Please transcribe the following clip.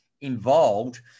involved